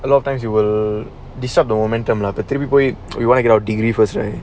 a lot of times you will disrupt the momentum lah but they we wait we want to get our degree first right